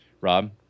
Rob